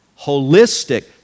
Holistic